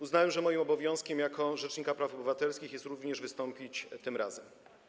Uznałem, że moim obowiązkiem jako rzecznika praw obywatelskich jest również wystąpić tym razem.